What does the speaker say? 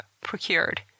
procured